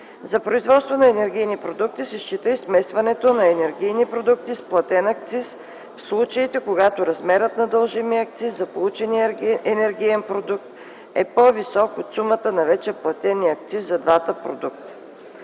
За производство на енергийни продукти се счита и смесването на енергийни продукти с платен акциз в случаите, когато размерът на дължимия акциз за получения енергиен продукт е по-висок от сумата на вече платения акциз за двата продукта.